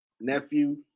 nephew